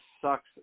sucks